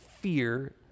fear